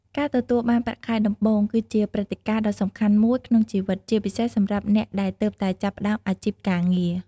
ការទទួលបាន ប្រាក់ខែដំបូង គឺជាព្រឹត្តិការណ៍ដ៏សំខាន់មួយក្នុងជីវិត ជាពិសេសសម្រាប់អ្នកដែលទើបតែចាប់ផ្ដើមអាជីពការងារ។